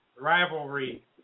Rivalry